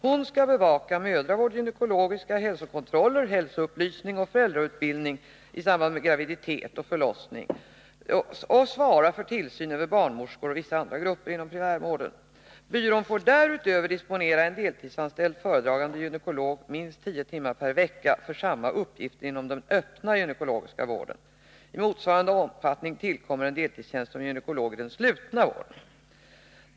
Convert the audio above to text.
Hon skall bevaka mödravård, gynekologiska hälsokontroller, hälsoupplysning och föräldrautbildning i samband med graviditet och förlossning samt svara för tillsyn över barnmorskor och vissa andra grupper inom primärvården. Byrån får därutöver disponera en deltidsanställd föredragande gynekolog minst tio timmar per vecka för samma uppgifter inom den öppna gynekologiska vården. I motsvarande omfattning tillkommer en deltidstjänst som gynekolog i den slutna gynekologiska vården.